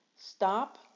Stop